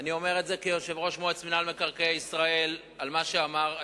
ואני אומר כיושב-ראש מועצת מינהל מקרקעי ישראל את מה שאמר היושב-ראש: